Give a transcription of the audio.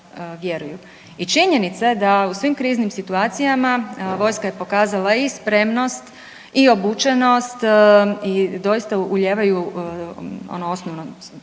i činjenica je da u svom kriznim situacijama vojska je pokazala i spremnosti i obučenost i doista ulijevaju ono